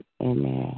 Amen